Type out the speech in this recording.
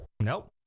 Nope